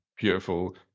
beautiful